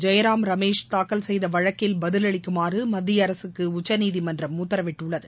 ஜெயராம் ரமேஷ் தாக்கல் செய்த வழக்கில் பதில் அளிக்குமாறு மத்திய அரசுக்கு உச்சநீதிமன்றம் உத்தரவிட்டுள்ளது